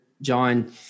John